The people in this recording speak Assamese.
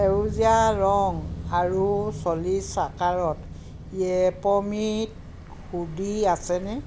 সেউজীয়া ৰং আৰু চল্লিছ আকাৰত য়েপমিত হুডি আছেনে